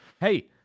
Hey